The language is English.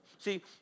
See